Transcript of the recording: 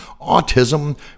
autism